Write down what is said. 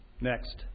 next